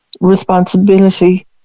responsibility